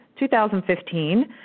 2015